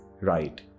Right